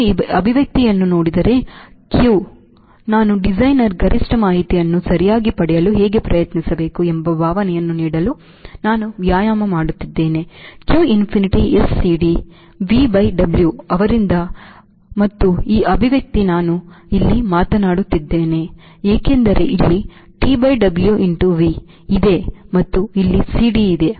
ನಾನು ಈ ಅಭಿವ್ಯಕ್ತಿಯನ್ನು ನೋಡಿದರೆ q ನಾನು ಡಿಸೈನರ್ ಗರಿಷ್ಠ ಮಾಹಿತಿಯನ್ನು ಸರಿಯಾಗಿ ಪಡೆಯಲು ಹೇಗೆ ಪ್ರಯತ್ನಿಸಬೇಕು ಎಂಬ ಭಾವನೆಯನ್ನು ನೀಡಲು ನಾನು ವ್ಯಾಯಾಮ ಮಾಡುತ್ತಿದ್ದೇನೆ q infinity S CD V by W ಅವರಿಂದ ಮತ್ತು ಈ ಅಭಿವ್ಯಕ್ತಿ ನಾನು ಇಲ್ಲಿ ಮಾತನಾಡುತ್ತಿದ್ದೇನೆ ಏಕೆಂದರೆ ಇಲ್ಲಿ TW into V ಇದೆ ಮತ್ತು ಇಲ್ಲಿ CD ಇದೆ